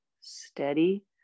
Steady